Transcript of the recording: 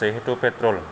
जेहेतु पेट्रल